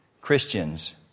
Christians